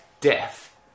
death